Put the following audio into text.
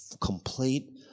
complete